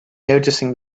noticing